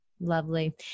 Lovely